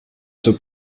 zur